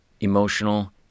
emotional